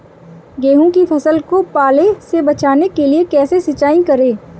गेहूँ की फसल को पाले से बचाने के लिए कैसे सिंचाई करें?